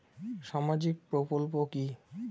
সামাজিক প্রকল্প কি?